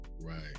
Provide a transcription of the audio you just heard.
Right